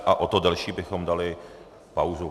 A o to delší bychom dali pauzu.